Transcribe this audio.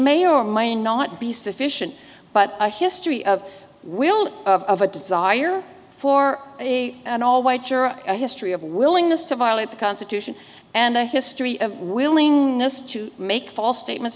may or may not be sufficient but a history of will of a desire for a an all white jury or a history of willingness to violate the constitution and the history of willingness to make false statements